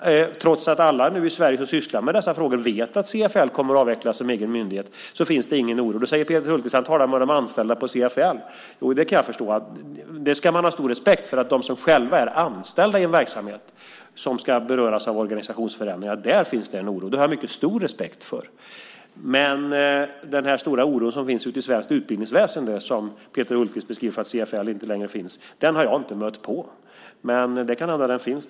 Trots att alla i Sverige som sysslar med detta vet att CFL kommer att avvecklas som egen myndighet finns det ingen oro. Så säger Peter Hultqvist: Tala med de anställda på CFL. Jo, det kan jag förstå. Man ska ha stor respekt för att de som själva är anställda och berörs av organisationsförändringen har en oro. Det har jag mycket stor respekt för. Men den stora oro som Peter Hultqvist beskriver skulle finnas i det svenska utbildningsväsendet för att CFL inte längre finns har jag inte stött på. Det kan hända att den finns.